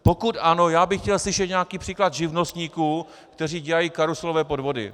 Pokud ano, chtěl bych slyšet nějaký příklad živnostníků, kteří dělají karuselové podvody.